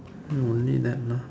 no need that lah